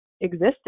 existed